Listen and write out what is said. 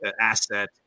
asset